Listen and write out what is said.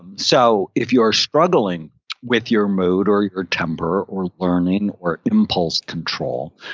and so if you are struggling with your mood, or your temper, or learning, or impulse control,